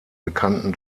bekannten